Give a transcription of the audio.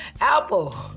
Apple